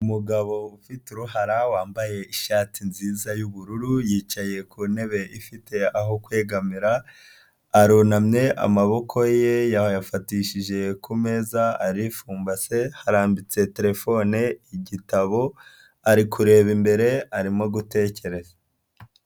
Umugabo ufite uruhara wambaye ishati nziza y'ubururu, yicaye ku ntebe ifite aho kwegamira ,arunamye amaboko ye yayafatishije ku meza, aripfumbase, harambitse telefone, igitabo, ari kureba imbere arimo gutekereza.